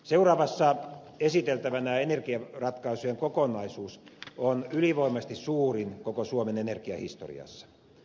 seuraavassa esiteltävä energiaratkaisujen kokonaisuus on ylivoimaisesti suurin koko suomen energiahistoriassa